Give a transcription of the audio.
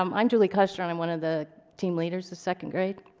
um i'm julie custer, and i'm one of the team leaders of second grade.